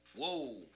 whoa